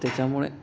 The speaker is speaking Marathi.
त्याच्यामुळे